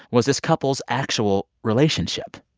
was this couple's actual relationship.